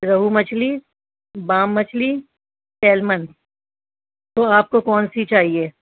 روہو مچھلی بام مچھلی سیلمن تو آپ کو کون سی چاہیے